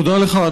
תודה לך,